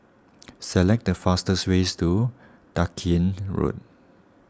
select the fastest way to Dalkeith Road